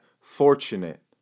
fortunate